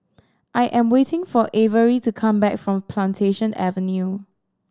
I am waiting for Avery to come back from Plantation Avenue